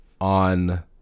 on